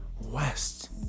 west